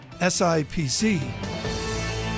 SIPC